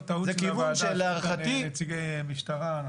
זה כיוון --- טעות של הוועדה לא להביא כאן נציגי משטרה.